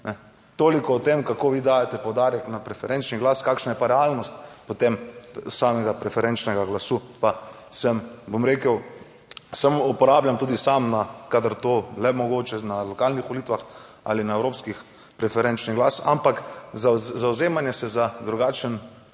Toliko o tem, kako vi dajete poudarek na preferenčni glas, kakšna je pa realnost, potem samega preferenčnega glasu? Pa sem, bom rekel, samo uporabljam tudi sam, kadar to le mogoče na lokalnih volitvah ali na evropskih preferenčni glas, ampak zavzemanje se za drugačen,